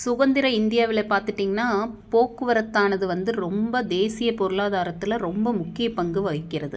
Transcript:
சுதந்திரம் இந்தியாவில் பார்த்துட்டீங்னா போக்குவரத்தானது வந்து ரொம்ப தேசிய பொருளாதாரத்தில் ரொம்ப முக்கிய பங்கு வகிக்கிறது